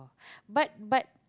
but but